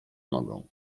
nogą